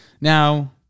Now